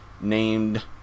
Named